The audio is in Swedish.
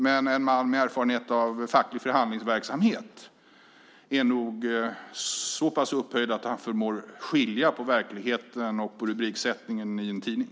Men en man med erfarenhet av facklig förhandlingsverksamhet är nog så pass upphöjd att han förmår skilja på verkligheten och rubriksättningen i en tidning.